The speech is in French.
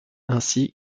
ainsi